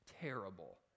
terrible